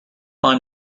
find